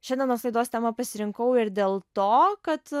šiandienos laidos temą pasirinkau ir dėl to kad